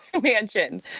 mansion